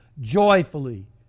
joyfully